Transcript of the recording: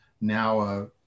now